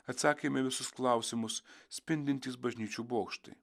atsakymai į visus klausimus spindintys bažnyčių bokštai